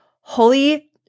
holy